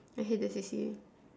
I hate that C_C_A